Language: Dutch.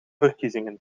verkiezingen